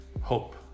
hope